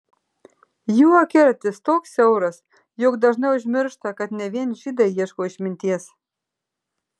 jų akiratis toks siauras jog dažnai užmiršta kad ne vien žydai ieško išminties